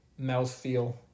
mouthfeel